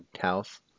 house